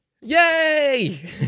Yay